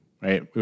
right